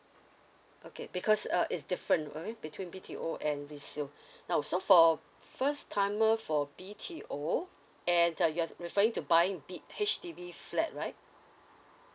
okay because uh it's different okay between B_T_O and resale now so for the first timer for B_T_O and uh you're referring to buying B H_D_B flat right